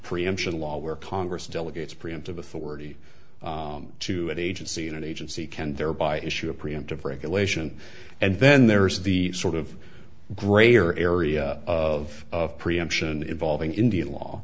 preemption long where congress delegates preemptive authority to an agency in an agency can thereby issue a preemptive regulation and then there is the sort of greater area of of preemption involving indian law